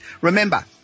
Remember